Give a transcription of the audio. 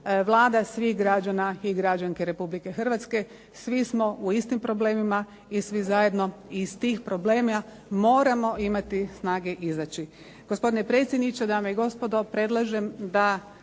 Vlada svih građana i građanki Republike Hrvatske. Svi smo u istim problemima i svi zajedno iz tih problema moramo imati snage izaći. Gospodine predsjedniče, dame i gospodo predlažem da